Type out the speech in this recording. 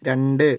രണ്ട്